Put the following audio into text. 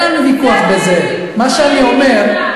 אלו עבריינים.